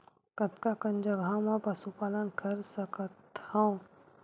कतका कन जगह म पशु पालन कर सकत हव?